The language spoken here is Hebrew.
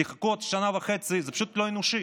תחכו עוד שנה וחצי, זה פשוט לא אנושי.